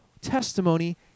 testimony